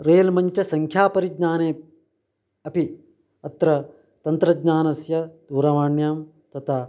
rail मञ्च संख्यापरिज्ञाने अपि अत्र तन्त्रज्ञानस्य दूरवाण्यां तथा